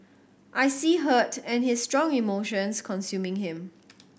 I see hurt and his strong emotions consuming him